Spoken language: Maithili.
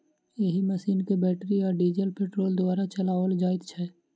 एहि मशीन के बैटरी आ डीजल पेट्रोल द्वारा चलाओल जाइत छै